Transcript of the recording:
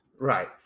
right